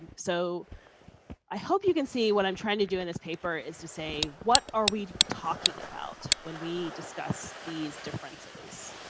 and so i hope you can see what i am trying to do in this paper is to say what are we talking about when we discuss these differences?